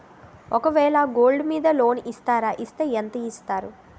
ఒక వేల గోల్డ్ మీద లోన్ ఇస్తారా? ఇస్తే ఎంత ఇస్తారు?